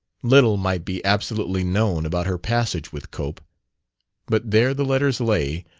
little might be absolutely known about her passage with cope but there the letters lay,